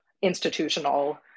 institutional